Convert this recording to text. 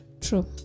True